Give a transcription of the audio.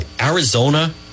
Arizona